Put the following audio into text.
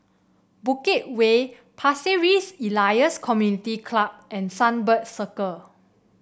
Bukit Way Pasir Ris Elias Community Club and Sunbird Circle